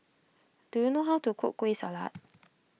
do you know how to cook Kueh Salat